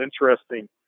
interesting